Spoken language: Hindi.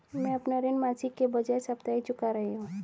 मैं अपना ऋण मासिक के बजाय साप्ताहिक चुका रही हूँ